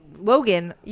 logan